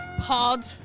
Pod